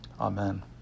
Amen